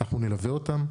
אנחנו נלווה אותם.